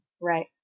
right